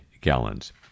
gallons